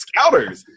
scouters